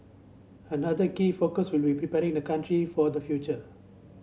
another key focus will be preparing the country for the future